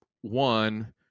one